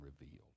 revealed